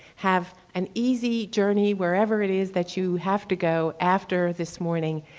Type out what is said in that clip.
have an easy journey wherever it is that you have to go after this morning.